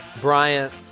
Bryant